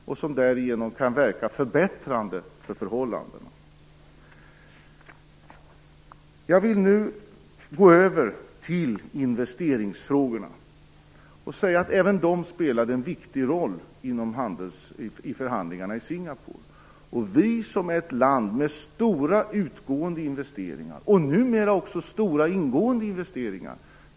Det kan därigenom verka förbättrande för förhållandena. Jag vill nu gå över till investeringsfrågorna. Även de spelade en viktig roll i förhandlingarna i Singapore. Sverige är ett land med stora utgående och numera också ingående investeringar.